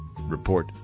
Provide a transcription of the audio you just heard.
report